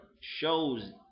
shows